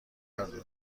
بردار